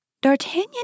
D'Artagnan